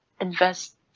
invest